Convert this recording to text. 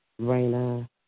Raina